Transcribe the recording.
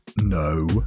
No